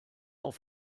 auf